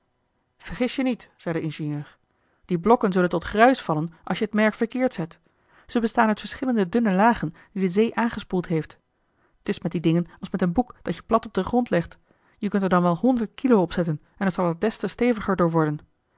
vergis je niet zei de ingenieur die blokken zullen tot gruis vallen als je het merk verkeerd zet ze bestaan uit verschillende dunne lagen die de zee aangespoeld heeft t is met die dingen als met een boek dat je plat op den grond legt je kunt er dan wel honderd kilo opzetten en het zal er des te steviger door worden